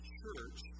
church